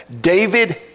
David